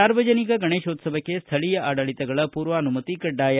ಸಾರ್ವಜನಿಕ ಗಣೇಶೋತ್ಸವಕ್ಕೆ ಸ್ಥಳೀಯ ಆಡಳಿತಗಳ ಪೂರ್ವಾನುಮತಿ ಕಡ್ಡಾಯ